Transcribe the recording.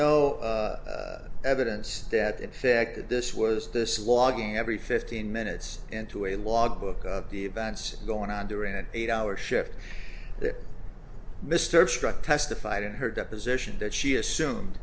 no evidence that in fact that this was this logging every fifteen minutes into a log book of the events going on during an eight hour shift that mr struck testified in her deposition that she assumed